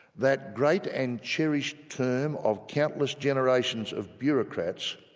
that great and cherished term of countless generations of bureaucrats,